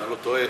אם אני לא טועה,